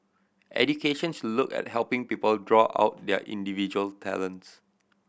education should look at helping people draw out their individual talents